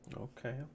Okay